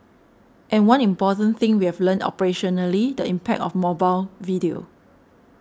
and one important thing we have learnt operationally the impact of mobile video